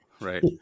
right